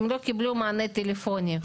הם לא קיבלו מענה טלפוני.